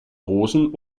hosen